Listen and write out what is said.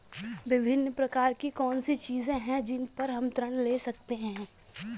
विभिन्न प्रकार की कौन सी चीजें हैं जिन पर हम ऋण ले सकते हैं?